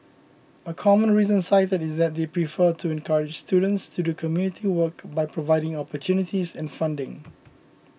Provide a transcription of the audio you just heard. a common reason cited is that they prefer to encourage students to do community work by providing opportunities and funding